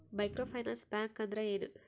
Micro finance bank ಅಂದ್ರ ಏನು?